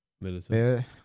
Military